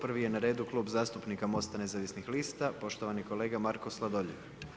Prvi je na redu Klub zastupnika MOST-a nezavisnih lista, poštovani kolega Marko Sladoljev.